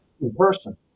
in-person